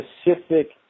specific